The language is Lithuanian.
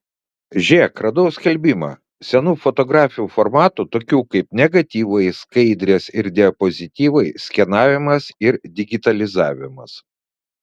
žėk radau skelbimą senų fotografijų formatų tokių kaip negatyvai skaidrės ir diapozityvai skenavimas ir digitalizavimas